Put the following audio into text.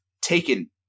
taken